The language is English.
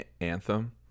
Anthem